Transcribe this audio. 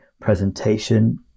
presentation